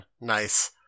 nice